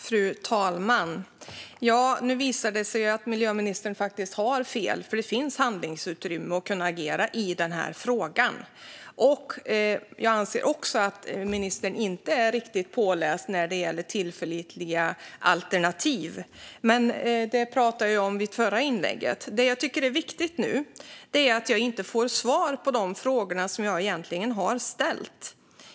Fru talman! Nu visar det sig att miljöministern faktiskt har fel, för det finns handlingsutrymme att agera i den här frågan. Jag anser också att ministern inte är riktigt påläst när det gäller tillförlitliga alternativ, men det talade jag om i mitt förra inlägg. Det jag tycker är viktigt nu är att jag inte får svar på de frågor som jag har ställt.